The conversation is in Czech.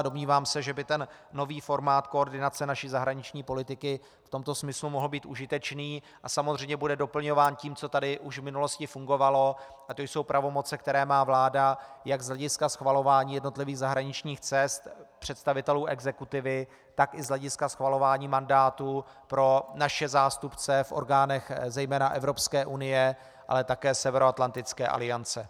Domnívám se, že by ten nový formát koordinace naší zahraniční politiky v tomto smyslu mohl být užitečný, a samozřejmě bude doplňován tím, co tady už v minulosti fungovalo, a to jsou pravomoci, které má vláda jak z hlediska schvalování jednotlivých zahraničních cest představitelů exekutivy, tak i z hlediska schvalování mandátů pro naše zástupce v orgánech zejména Evropské unie, ale také Severoatlantické aliance.